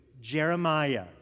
Jeremiah